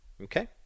okay